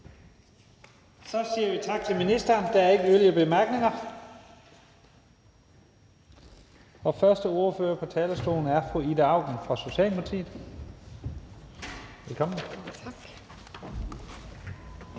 Så siger vi tak til ministeren. Der er ikke yderligere korte bemærkninger, og første ordfører på talerstolen er fru Ida Auken fra Socialdemokratiet. Velkommen. Kl.